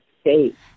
state